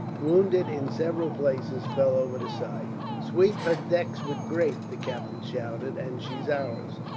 wounded in several places, fell over the side. sweep her decks with grape, the captain shouted, and she's ours.